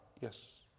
Yes